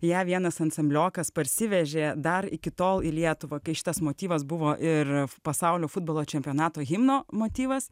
ją vienas ansambliokas parsivežė dar iki tol į lietuvą kai šitas motyvas buvo ir pasaulio futbolo čempionato himno motyvas